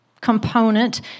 component